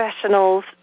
professionals